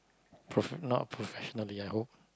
prof~ not professionally I hope